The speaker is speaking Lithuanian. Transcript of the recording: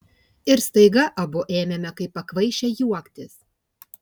ir staiga abu ėmėme kaip pakvaišę juoktis